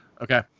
Okay